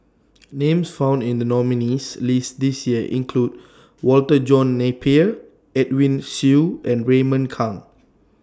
Names found in The nominees' list This Year include Walter John Napier Edwin Siew and Raymond Kang